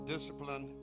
Discipline